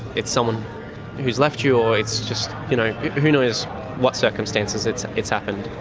it's someone who's left you or it's just you know who knows what circumstances it's it's happened.